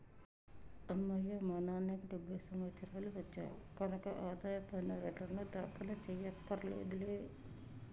అమ్మయ్యా మా నాన్నకి డెబ్భై సంవత్సరాలు వచ్చాయి కనక ఆదాయ పన్ను రేటర్నులు దాఖలు చెయ్యక్కర్లేదులే